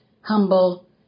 humble